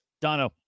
Dono